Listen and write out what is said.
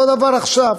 אותו הדבר עכשיו,